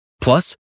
Plus